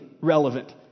relevant